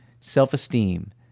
self-esteem